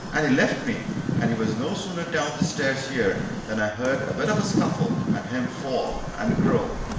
and he left me and he was no sooner down the stairs here than i heard a bit of a scuffle, and him fall and groan,